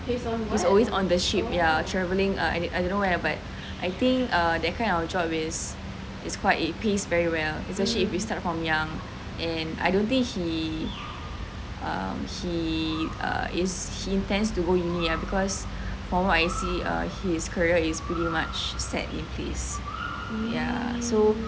he's always on the ship ya travelling I don't know where but I think err that kind of job is is quite it piece very well especially if you start from young and I don't think he um he is he intends to go uni ah because from what I see his career is pretty much set in place ya so